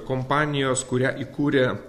kompanijos kurią įkūrė